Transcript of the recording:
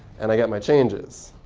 and i get my changes.